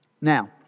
Now